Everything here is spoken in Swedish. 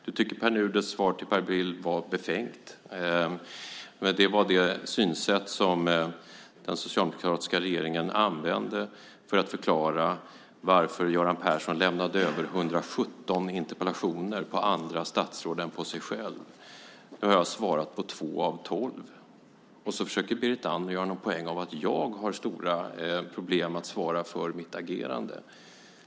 Du tycker att Pär Nuders svar till Per Bill var befängt. Det var det synsätt som den socialdemokratiska regeringen använde för att förklara varför Göran Persson lämnade över 117 interpellationer på andra statsråd. Jag har svarat på 2 av 12. Berit Andnor försöker göra en poäng av att jag har stora problem med att svara för mitt agerande.